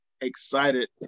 excited